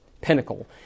pinnacle